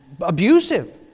abusive